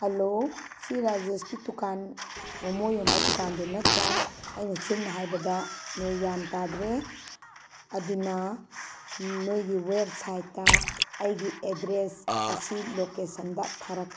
hello ꯁꯤ ꯔꯥꯖꯦꯁꯀꯤ ꯗꯨꯀꯥꯟ ꯃꯣꯃꯣ ꯌꯣꯟꯕ ꯗꯨꯀꯥꯟꯗꯣ ꯅꯠꯇ꯭ꯔꯥ ꯑꯩꯅ ꯆꯤꯟꯅ ꯍꯥꯏꯕꯗ ꯅꯣꯏ ꯒ꯭ꯌꯥꯟ ꯇꯥꯗ꯭ꯔꯦ ꯑꯗꯨꯅ ꯅꯣꯏꯒꯤ ꯋꯦꯞꯁꯥꯏꯠꯇ ꯑꯩꯒꯤ ꯑꯦꯗ꯭ꯔꯦꯁ ꯑꯁꯤ ꯂꯣꯀꯦꯁꯟꯗ ꯊꯥꯔꯛꯀꯦ